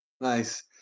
Nice